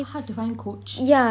hard to find coach